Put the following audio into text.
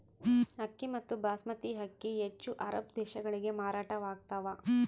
ಅಕ್ಕಿ ಮತ್ತು ಬಾಸ್ಮತಿ ಅಕ್ಕಿ ಹೆಚ್ಚು ಅರಬ್ ದೇಶಗಳಿಗೆ ಮಾರಾಟವಾಗ್ತಾವ